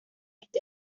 este